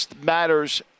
matters